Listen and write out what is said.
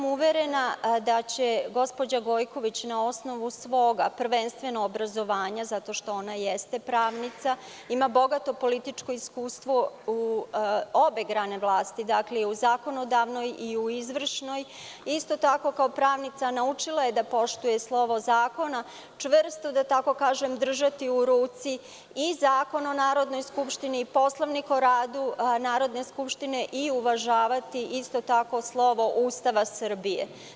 Uverena sam da će gospođa Gojković na osnovu svog, prvenstveno obrazovanja, zato što jeste pravnik, ima bogato političko iskustvo u obe grane vlasti, i u zakonodavnoj i u izvršnoj, isto tako kao pravnica naučila je da poštuje slovo zakona, da čvrsto drži u ruci i Zakon o Narodnoj skupštini i Poslovnik o radu Narodne skupštine i uvažavati isto tako slovo Ustava Srbije.